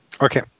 Okay